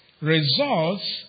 results